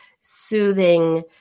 soothing